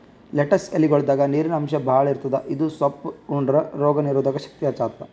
lettuce ಎಲಿಗೊಳ್ದಾಗ್ ನೀರಿನ್ ಅಂಶ್ ಭಾಳ್ ಇರ್ತದ್ ಇದು ಸೊಪ್ಪ್ ಉಂಡ್ರ ರೋಗ್ ನೀರೊದಕ್ ಶಕ್ತಿ ಹೆಚ್ತಾದ್